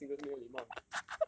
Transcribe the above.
对我们 singles 没有礼貌 eh